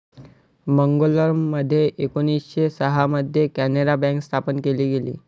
मंगलोरमध्ये एकोणीसशे सहा मध्ये कॅनारा बँक स्थापन केली गेली